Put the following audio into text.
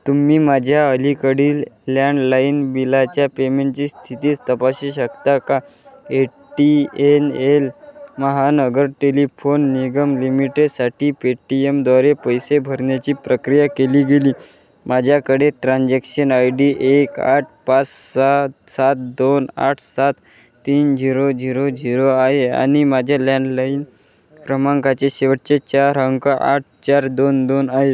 तुम्ही माझ्या अलीकडील लँडलाईन बिलाच्या पेमेंटची स्थिती तपासू शकता का एटीएनएल महानगर टेलिफोन निगम लिमिटेसाठी पेटीएमद्वारे पैसे भरण्याची प्रक्रिया केली गेली माझ्याकडे ट्रान्झॅक्शन आय डी एक आठ पाच सात सात दोन आठ सात तीन झिरो झिरो झिरो आहे आणि माझ्या लँडलाईन क्रमांकाचे शेवटचे चार अंक आठ चार दोन दोन आहे